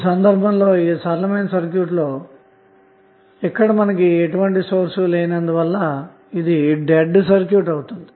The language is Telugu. ఈ సందర్భంలో ఈ సరళమైన సర్క్యూట్ లో ఎటువంటి సోర్స్ లేనందువల్ల ఇది డెడ్ సర్క్యూట్ అవుతుంది